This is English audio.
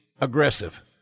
aggressive